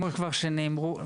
כמו שאמר יוני,